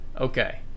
Okay